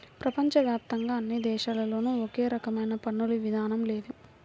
ప్రపంచ వ్యాప్తంగా అన్ని దేశాల్లోనూ ఒకే రకమైన పన్నుల విధానం లేదు